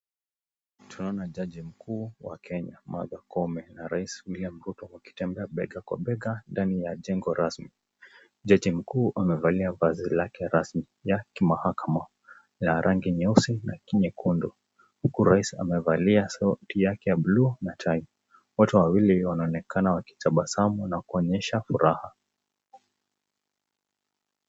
Tunamuona Jaji Mkuu wa Kenya, Martha Koome, pamoja na Rais William Ruto wakitembea bega kwa bega ndani ya jengo rasmi. Jaji Mkuu amevalia vazi lake rasmi ya kimahakama ya rangi nyeusi na nyekundu, huku Rais amevalia suti ya rangi ya buluu na tai. Wote wawili wanaonekana wakitabasamu na kuonyesha furaha.